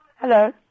hello